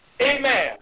Amen